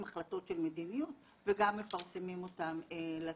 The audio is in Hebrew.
החלטות של מדיניות וגם מפרסמים אותם לציבור.